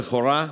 הבכורה,